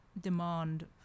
demand